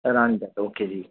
okay ਜੀ